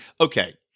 okay